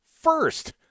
First